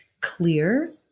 clear